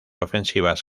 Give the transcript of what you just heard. ofensivas